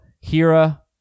Hira